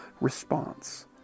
response